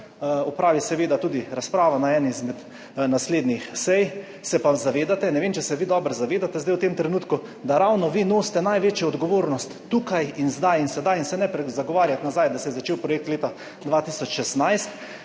opravi seveda tudi razprava na eni izmed naslednjih sej. Se pa zavedate, ne vem, če se vi dobro zavedate zdaj v tem trenutku, da ravno vi nosite največjo odgovornost tukaj in zdaj in sedaj in se ne zagovarjati nazaj, da se je začel projekt leta 2016.